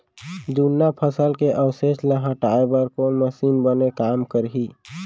जुन्ना फसल के अवशेष ला हटाए बर कोन मशीन बने काम करही?